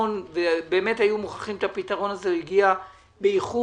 שבאמת היו מוכרחים את הפתרון הזה, שהגיע באיחור.